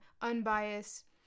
unbiased